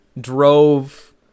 drove